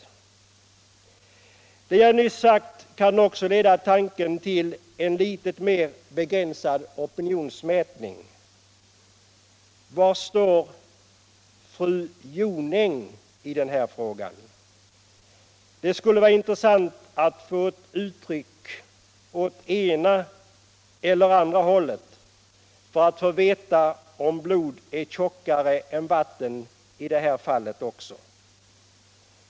Onsdagen den Det jag nu har sagt kan också leda tanken till en litet mer begränsad 21 april 1976 opinionsmätning: Var står fru Jonäng i den här frågan? Det skullevara = intressant att registrera ett uttryck åt ena eller andra hållet för att få - Kommunindelningveta om blod är tjockare än vatten i det här fallet också.